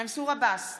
מנסור עבאס,